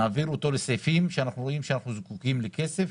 נעביר אותו לסעיפים שאנחנו רואים שאנחנו זקוקים בהם לכסף.